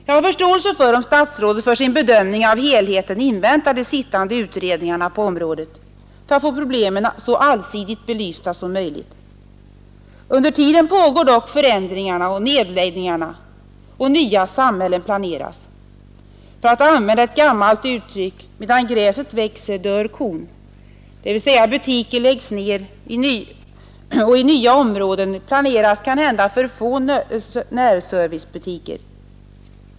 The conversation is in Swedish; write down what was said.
Jag har förståelse för om statsrådet för sin bedömning av helheten inväntar de sittande utredningarna på området, så att problematiken skall bli så allsidigt belyst som möjligt. Under tiden pågår dock förändringarna och nedläggningarna och nya samhällen planeras. För att använda ett gammalt uttryck: ”medan gräset gror, dör kon”, dvs. butiker läggs ned och i nya områden planeras måhända för få närservicebutiker.